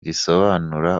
risobanura